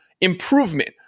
Improvement